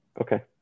Okay